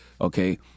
okay